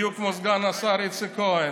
בדיוק כמו סגן השר איציק כהן.